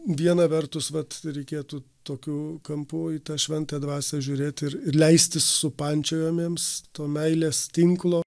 viena vertus vat reikėtų tokiu kampu į tą šventą dvasią žiūrėt ir ir leistis supančiojamiems to meilės tinklo